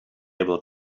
able